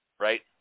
Right